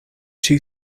two